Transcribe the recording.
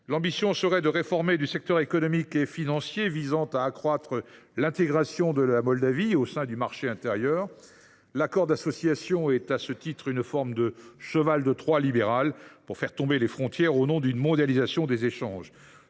mais également dans le secteur économique et financier afin d’accroître l’intégration de la Moldavie au sein du marché intérieur. L’accord d’association est à cet égard une forme de cheval de Troie libéral pour faire tomber les frontières, au nom d’une mondialisation des échanges.